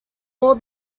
all